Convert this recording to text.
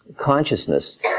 consciousness